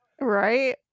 right